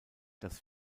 das